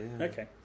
Okay